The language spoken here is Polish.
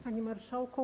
Panie Marszałku!